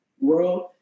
world